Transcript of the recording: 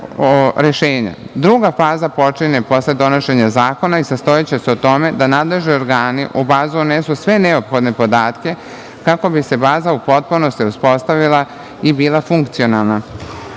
faza počinje posle donošenja zakona i sastojaće se u tome da nadležni organi u bazu unesu sve neophodne podatke kako bi se baza u potpunosti uspostavila i bila funkcionalna. Moram